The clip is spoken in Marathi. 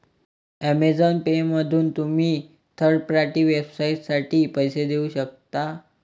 अमेझॉन पेमधून तुम्ही थर्ड पार्टी वेबसाइटसाठी पैसे देऊ शकता